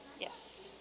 yes